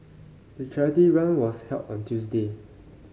the charity run was held on Tuesday